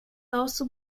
also